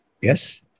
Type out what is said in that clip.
Yes